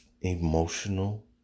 emotional